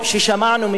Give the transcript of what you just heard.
ששמענו ממי שהיה לפני,